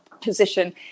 position